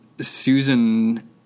Susan